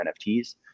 NFTs